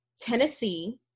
Tennessee